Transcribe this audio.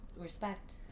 respect